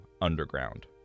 Underground